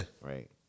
Right